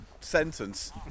sentence